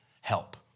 help